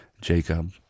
Jacob